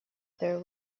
there